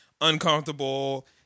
uncomfortable